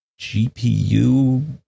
GPU